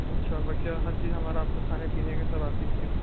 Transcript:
اچھا بقیہ ہر چیز ہمارا آپ کے کھانے پینے کا سب آپ ہی کے ہیں